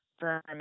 firm